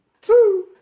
Two